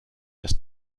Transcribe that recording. das